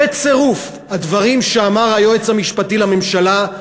בצירוף הדברים שאמר היועץ המשפטי לממשלה,